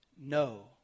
No